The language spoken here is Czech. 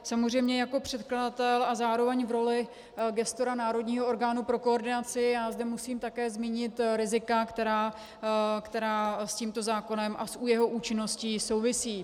Samozřejmě jako předkladatel a zároveň v roli gestora národního orgánu pro koordinaci zde musím také zmínit rizika, která s tímto zákonem a jeho účinností souvisí.